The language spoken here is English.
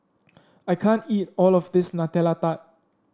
I can't eat all of this Nutella Tart